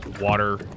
water